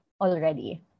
already